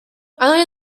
only